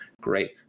great